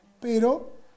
Pero